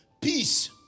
Peace